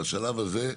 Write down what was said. בשלב הזה,